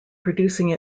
producing